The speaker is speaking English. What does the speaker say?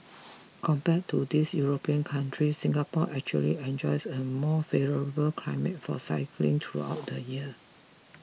compared to these European countries Singapore actually enjoys a more favourable climate for cycling throughout the year